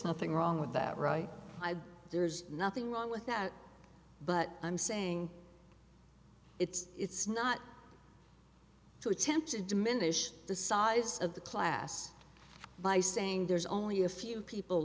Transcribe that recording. nothing wrong with that right there's nothing wrong with that but i'm saying it's not to attempt to diminish the size of the class by saying there's only a few people